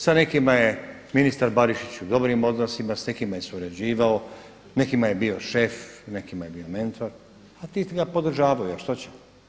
Sa nekima je ministar Barišić u dobrim odnosima, sa nekima je surađivao, nekima je bio šef, nekima je bio mentor, a ti ga podržavaju, a što će.